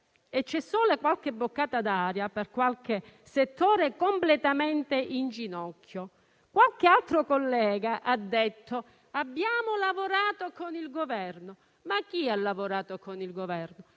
c'è solo qualche boccata d'aria per qualche settore completamente in ginocchio. Qualche altro collega ha detto: abbiamo lavorato con il Governo. Ma chi ha lavorato con il Governo?